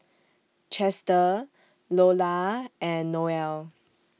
Chester Lola and Noel